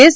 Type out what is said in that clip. S